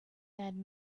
dead